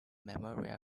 memorial